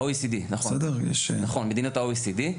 נכון מדיניות ה-OECD.